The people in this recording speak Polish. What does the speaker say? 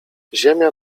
ziemia